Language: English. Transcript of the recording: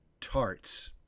tarts